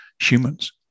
humans